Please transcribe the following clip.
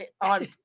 on